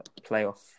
playoff